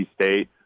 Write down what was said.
State